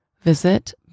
Visit